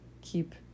keep